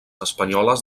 espanyoles